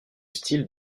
style